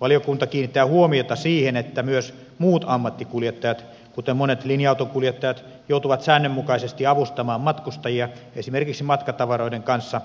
valiokunta kiinnittää huomiota siihen että myös muut ammattikuljettajat kuten monet linja autonkuljettajat joutuvat säännönmukaisesti avustamaan matkustajia esimerkiksi matkatavaroiden kanssa